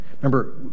Remember